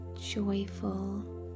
joyful